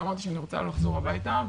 ואמרתי שאני רוצה לא לחזור הביתה,